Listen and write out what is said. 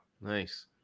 Nice